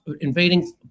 invading